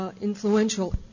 influential